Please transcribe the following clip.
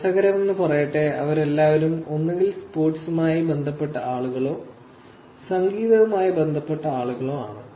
രസകരമെന്നു പറയട്ടെ അവരെല്ലാവരും ഒന്നുകിൽ സ്പോർട്സുമായി ബന്ധപ്പെട്ട ആളുകളോ സംഗീതവുമായി ബന്ധപ്പെട്ട ആളുകളോ ആണ്